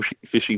fishing